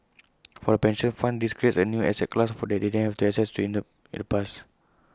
for the pension funds this creates A new asset class that they didn't have access to in the in the past